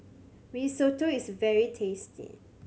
risotto is very tasty